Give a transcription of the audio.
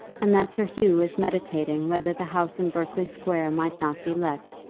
and that sir hugh was meditating whether the house in berkeley square might not be let.